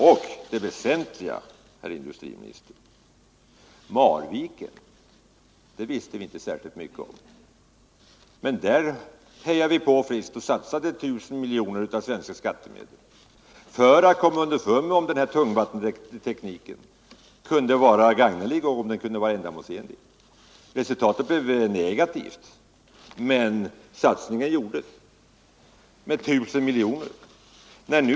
Och för att nämna det väsentliga exemplet, herr industriminister, visste vi inte särskilt mycket om Marviken men hejade ändå på friskt och satsade 1 000 miljoner av svenska skattemedel för att komma underfund med huruvida tungvattentekniken kunde vara gagnelig och ändamålsenlig. Resultatet blev negativt, men satsningen på 1 000 miljoner gjordes utan större invändningar om kostnaderna.